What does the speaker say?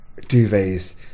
duvets